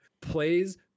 plays